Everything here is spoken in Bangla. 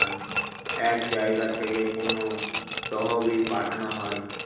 এক জায়গা থেকে কোনো তহবিল পাঠানো হয়